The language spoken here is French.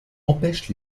empêche